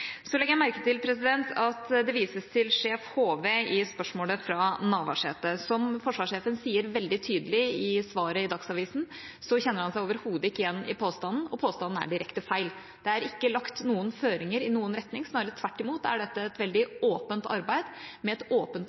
Så legger jeg merke til at det vises til Sjef HV i spørsmålet fra Navarsete. Som forsvarssjefen sier veldig tydelig i svaret i Dagsavisen, kjenner han seg overhodet ikke igjen i påstanden, og påstanden er direkte feil. Det er ikke lagt noen føringer i noen retning – snarere tvert imot, dette er et åpent arbeid med et åpent